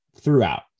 throughout